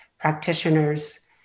practitioners